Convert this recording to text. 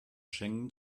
schengen